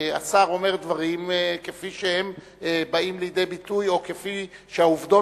השר אומר דברים כפי שהם באים לידי ביטוי או כפי שהעובדות